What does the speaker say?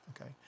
Okay